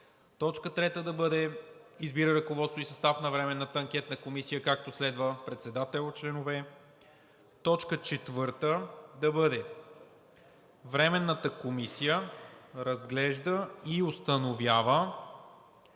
Точка 3 да бъде: „Избира ръководство и състав на Временната анкетна комисия, както следва: Председател: … Членове: …“ Точка 4 да бъде: „Временната комисия разглежда и установява